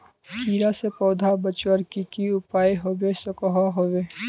कीड़ा से पौधा बचवार की की उपाय होबे सकोहो होबे?